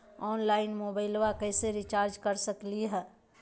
Online मोबाइलबा कैसे recharge कर सकलिए है?